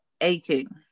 aching